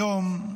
היום,